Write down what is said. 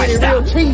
stop